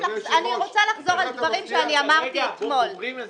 אני רוצה לחזור על דברים שאני אמרתי אתמול